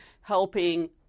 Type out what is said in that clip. helping